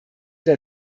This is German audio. der